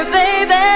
baby